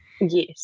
yes